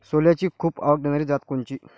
सोल्याची खूप आवक देनारी जात कोनची?